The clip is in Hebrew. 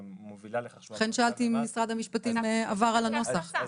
לכן שאלתי אם משרד המשפטים עבר על הנוסח,